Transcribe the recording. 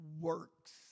works